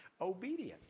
Obedience